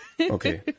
Okay